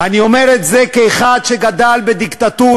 אני אומר את זה כאחד שגדל בדיקטטורה,